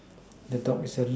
the dog is certainly